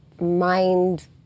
mind